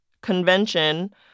convention